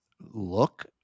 look